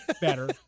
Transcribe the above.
better